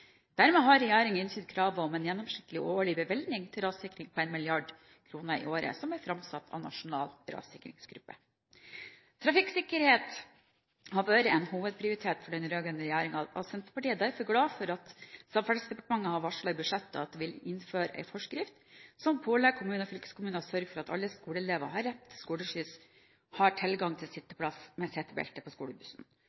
Dermed har regjeringen innfridd kravet om en gjennomsnittlig årlig bevilgning til rassikring på 1 mrd. kr i året, som er framsatt av Nasjonal rassikringsgruppe. Trafikksikkerhet har vært en hovedprioritet for den rød-grønne regjeringen. Senterpartiet er derfor glad for at Samferdselsdepartementet i budsjettet har varslet at de vil innføre en forskrift som pålegger kommuner og fylkeskommuner å sørge for at alle skoleelever som har rett til skoleskyss, har tilgang til